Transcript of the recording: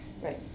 Right